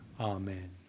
Amen